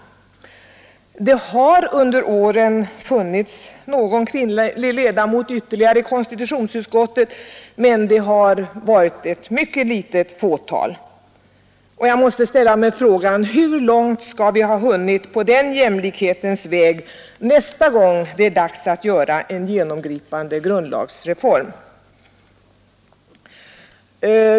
Det har under årens lopp funnits ytterligare någon kvinnlig ledamot av konstitutionsutskottet, men det har varit ett mycket litet fåtal, och jag måste ställa mig frågan hur långt vi skall ha hunnit på vägen mot jämlikhet i detta avseende nästa gång det är dags att göra en genomgripande grundlagsreform.